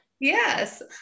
yes